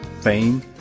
Fame